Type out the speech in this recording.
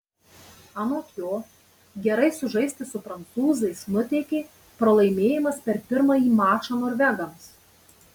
anot jo gerai sužaisti su prancūzais nuteikė pralaimėjimas per pirmąjį mačą norvegams